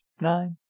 nine